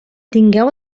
tingueu